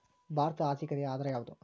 ಭಾರತದ ಆರ್ಥಿಕತೆಯ ಆಧಾರ ಯಾವುದು?